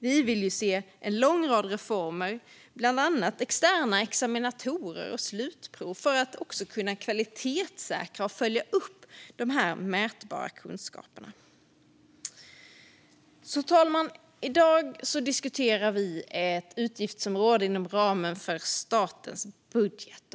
Vi vill se en lång rad reformer, bland annat externa examinatorer och slutprov för att kunna kvalitetssäkra och följa upp de mätbara kunskaperna. Fru talman! I dag diskuterar vi ett utgiftsområde inom ramen för statens budget.